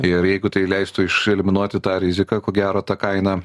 ir jeigu tai leistų išeliminuoti tą riziką ko gero ta kaina